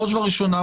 בראש ובראשונה,